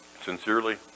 sincerely